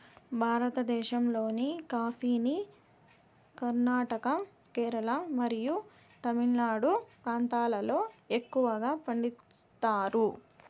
భారతదేశంలోని కాఫీని కర్ణాటక, కేరళ మరియు తమిళనాడు ప్రాంతాలలో ఎక్కువగా పండిస్తారు